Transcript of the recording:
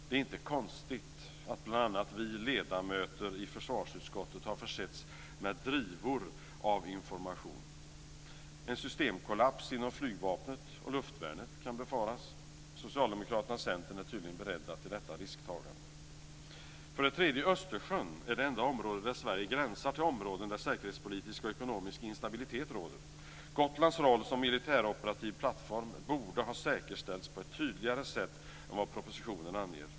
Det är inte konstigt att bl.a. vi ledamöter i försvarsutskottet har försetts med drivor av information. En systemkollaps inom flygvapnet och luftvärnet kan befaras. Socialdemokraterna och Centern är tydligen beredda till detta risktagande. För det tredje: Östersjön är det enda område där Sverige gränsar till områden där säkerhetspolitisk och ekonomisk instabilitet råder. Gotlands roll som militäroperativ plattform borde ha säkerställts på ett tydligare sätt än vad propositionen anger.